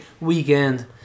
weekend